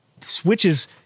switches